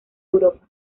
europa